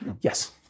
Yes